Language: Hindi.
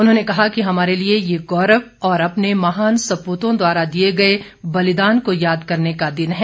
उन्होंने कहा कि हमारे लिए ये गौरव और अपने महान सपूतों द्वारा दिए गए बलिदान को याद करने का दिन है